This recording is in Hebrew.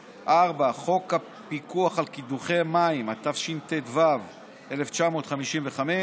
4. חוק הפיקוח על קידוחי מים, התשט"ו 1955,